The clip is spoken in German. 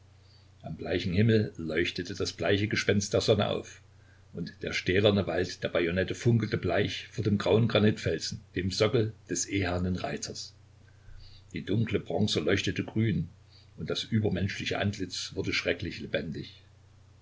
am bleichen himmel leuchtete das bleiche gespenst der sonne auf und der stählerne wald der bajonette funkelte bleich vor dem grauen granitfelsen dem sockel des ehernen reiters die dunkle bronze leuchtete grün und das übermenschliche antlitz wurde schrecklich lebendig